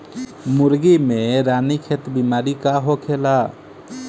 मुर्गी में रानीखेत बिमारी का होखेला?